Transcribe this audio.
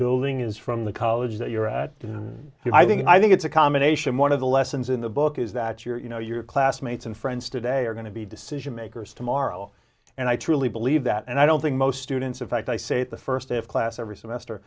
building is from the college that you're at i think and i think it's a combination one of the lessons in the book is that your you know your classmates and friends today are going to be decision makers tomorrow and i truly believe that and i don't think most students in fact i say the first day of class every semester